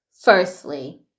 Firstly